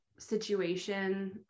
situation